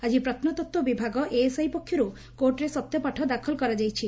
ଆଜି ପ୍ରତ୍ନତତ୍ତ୍ ବିଭାଗ ଏଏସ୍ଆଇ ପକ୍ଷରୁ କୋର୍ଟରେ ସତ୍ୟପାଠ ଦାଖଲ କରାଯାଇଛି